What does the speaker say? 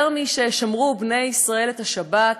יותר מששמרו בני ישראל את השבת,